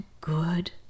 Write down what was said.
good